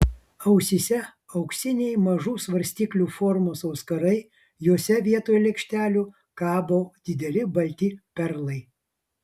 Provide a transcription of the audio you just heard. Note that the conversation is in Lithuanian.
ausyse auksiniai mažų svarstyklių formos auskarai jose vietoj lėkštelių kabo dideli balti perlai